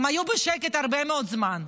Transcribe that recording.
הם היו בשקט הרבה מאוד זמן,